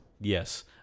Yes